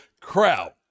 crowd